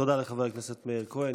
תודה לחבר הכנסת מאיר כהן.